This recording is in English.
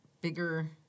bigger